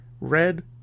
red